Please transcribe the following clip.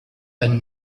and